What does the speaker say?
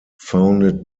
founded